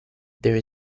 there